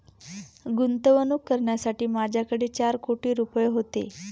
गुंतवणूक करण्यासाठी माझ्याकडे चार कोटी रुपये होते